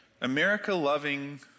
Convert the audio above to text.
America-loving